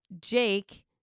Jake